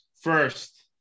first